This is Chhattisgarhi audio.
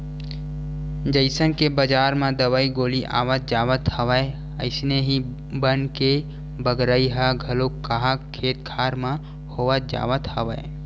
जइसन के बजार म दवई गोली आवत जावत हवय अइसने ही बन के बगरई ह घलो काहक खेत खार म होवत जावत हवय